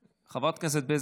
חברת הכנסת בזק,